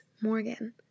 Morgan